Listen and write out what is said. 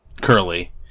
curly